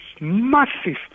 massive